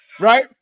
right